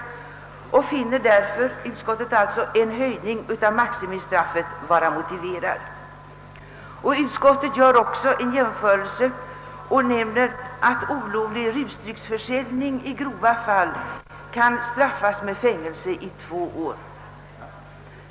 Utskottet finner därför en höjning av maximistraffet vara motiverad. Utskottet gör också en jämförelse och säger att »olovlig rusdrycksförsäljning i grova fall kan straffas med fängelse två år».